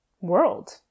world